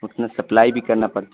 اس میں سپلائی بھی کرنا پڑتا